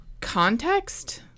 context